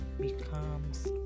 becomes